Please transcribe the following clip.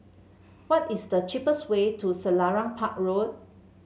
what is the cheapest way to Selarang Park Road